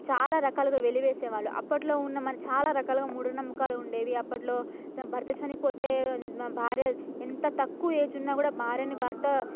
చాలా రకాలుగా వెలివేసేవాళ్ళు అప్పట్లో ఉన్న మన చాలా రకాలుగా మూఢ నమ్మకాలు ఉండేవి అప్పట్లో భర్త చనిపోతే భార్య ఎంత తక్కువ ఏజ్ ఉన్న కూడా భార్యని భర్త